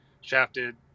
shafted